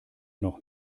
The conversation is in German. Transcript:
noch